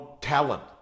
talent